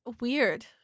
weird